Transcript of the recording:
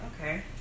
Okay